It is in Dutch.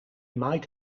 maait